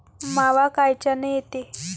मावा कायच्यानं येते?